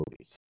movies